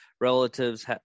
Relatives